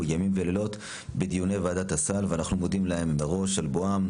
ימים ולילות בדיוני ועדת הסל ואנחנו מודים להם מראש על בואם,